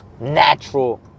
natural